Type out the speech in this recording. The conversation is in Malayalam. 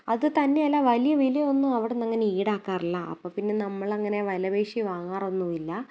അത് തന്നെയല്ല വലിയ വിലയൊന്നും അവിടെന്ന് അങ്ങനെ ഈടാക്കാറില്ല അപ്പം പിന്നെ നമ്മളങ്ങനെ വിലപേശി വാങ്ങാറൊന്നുമില്ല